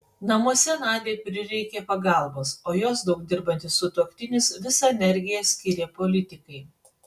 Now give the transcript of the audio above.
namuose nadiai prireikė pagalbos o jos daug dirbantis sutuoktinis visą energiją skyrė politikai